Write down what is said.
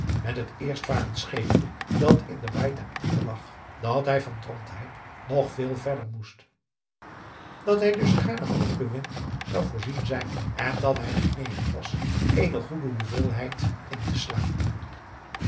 met het eerst varend scheepje dat in de baai ten anker lag dat hij van drontheim nog veel verder moest dat hij dus gaarne van goeden wind zou voorzien zijn en dat hij genegen was eene goede hoeveelheid in te slaan